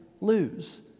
lose